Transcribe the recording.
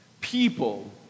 People